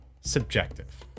subjective